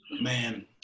Man